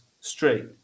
straight